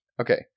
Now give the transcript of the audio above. Okay